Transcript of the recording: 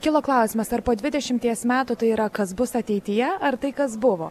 kilo klausimas ar po dvidešimties metų tai yra kas bus ateityje ar tai kas buvo